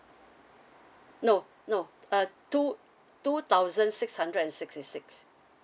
no no uh two two thousand six hundred and sixty six